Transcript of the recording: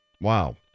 Wow